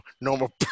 normal